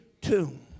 tomb